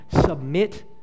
Submit